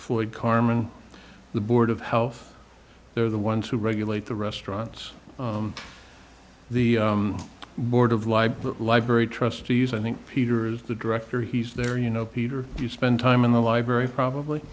floyd carmen the board of health they're the ones who regulate the restaurants the board of libc library trustees i think peter is the director he's there you know peter you spent time in the library probably